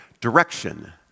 Direction